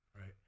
right